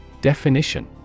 Definition